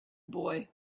boy